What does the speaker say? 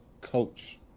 coach